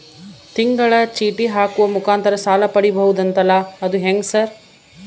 ತಿಂಗಳ ಚೇಟಿ ಹಾಕುವ ಮುಖಾಂತರ ಸಾಲ ಪಡಿಬಹುದಂತಲ ಅದು ಹೆಂಗ ಸರ್?